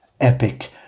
epic